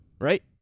right